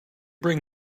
bring